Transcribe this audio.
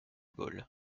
bols